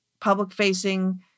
public-facing